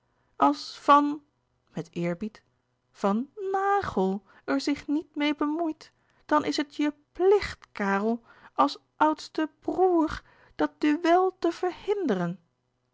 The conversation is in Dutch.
als van met eerbied van na a ghel er zich niet meê bemoeit dan is het je plicht karel als oudste b r o ê r dat duel te verhinderen